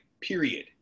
period